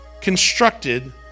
constructed